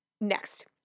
Next